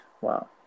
Wow